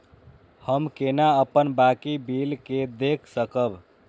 हम केना अपन बाकी बिल के देख सकब?